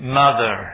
mother